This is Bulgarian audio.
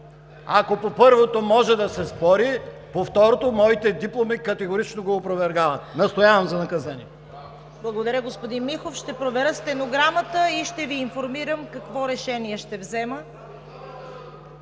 Ако по първото може да се спори, по второто моите дипломи категорично го опровергават. Настоявам за наказание! ПРЕДСЕДАТЕЛ ЦВЕТА КАРАЯНЧЕВА: Благодаря, господин Михов. Ще проверя стенограмата и ще Ви информирам какво решение ще взема,